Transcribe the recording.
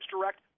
Direct